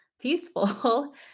peaceful